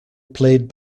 played